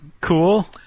Cool